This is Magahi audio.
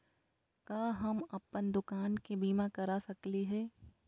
का हम अप्पन दुकान के बीमा करा सकली हई?